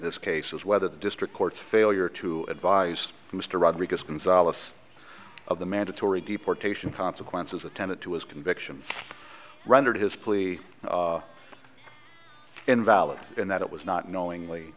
this case is whether the district court's failure to advise mr rodriguez gonzales of the mandatory deportation consequences attendant to his convictions rendered his plea invalid and that it was not knowingly